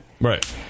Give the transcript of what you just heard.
Right